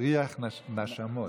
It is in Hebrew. הפריח נשמות.